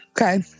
Okay